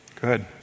good